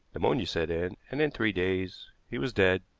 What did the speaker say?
pneumonia set in, and in three days he was dead.